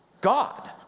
God